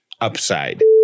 upside